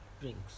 drinks